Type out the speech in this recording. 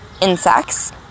insects